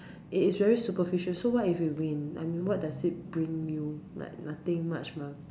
it is very superficial so what if you win I mean what does it bring you like nothing much mah